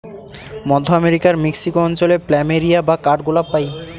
মধ্য আমেরিকার মেক্সিকো অঞ্চলে প্ল্যামেরিয়া বা কাঠগোলাপ পাই